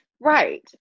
Right